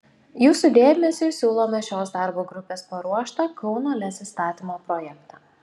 jūsų dėmesiui siūlome šios darbo grupės paruoštą kauno lez įstatymo projektą